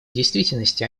действительности